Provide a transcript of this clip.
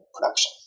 production